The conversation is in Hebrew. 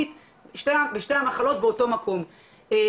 בנה בן